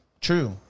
true